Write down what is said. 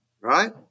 right